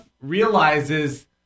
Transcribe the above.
realizes